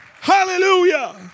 Hallelujah